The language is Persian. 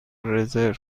رزرو